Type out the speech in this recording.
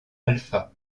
alpha